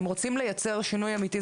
אם רוצים ליצר שינוי אמתי,